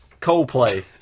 Coldplay